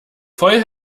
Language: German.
voll